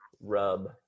rub